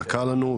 יקר לנו,